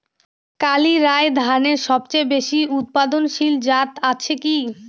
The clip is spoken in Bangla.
কালিরাই ধানের সবচেয়ে বেশি উৎপাদনশীল জাত আছে কি?